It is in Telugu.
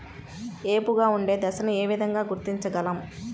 ఏపుగా ఉండే దశను ఏ విధంగా గుర్తించగలం?